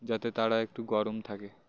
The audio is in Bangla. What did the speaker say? যাতে তারা একটু গরম থাকে